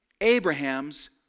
Abraham's